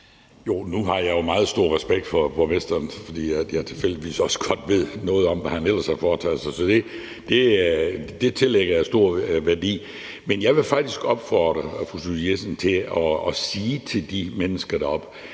Jo, nu har jeg jo meget stor respekt for borgmesteren, fordi jeg tilfældigvis også godt ved noget om, hvad han ellers har foretaget sig. Så det tillægger jeg stor værdi. Men jeg vil faktisk opfordre fru Susie Jessen til at sige til de mennesker deroppe,